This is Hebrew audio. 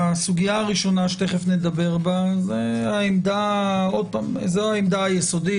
הראשונה זה העמדה היסודית,